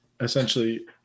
essentially